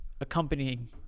accompanying